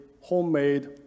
homemade